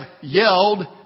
yelled